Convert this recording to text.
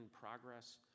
progress